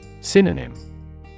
Synonym